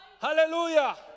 Hallelujah